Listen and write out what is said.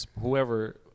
whoever